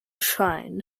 shrine